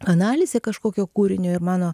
analizė kažkokio kūrinio ir mano